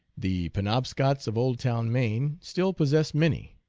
the penobscots of oldtown, maine, still possess many.